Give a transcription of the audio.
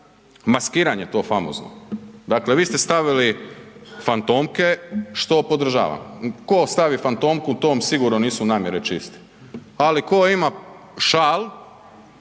maskiranje to famozno, dakle vi ste stavili fantomke, što podržavam, ko stavi fantomku tom sigurno nisu namjere čiste, ali ko ima šal